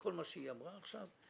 כל מה שהיא אמרה עכשיו,